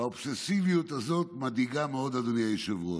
האובססיביות הזאת מדאיגה מאוד, אדוני היושב-ראש,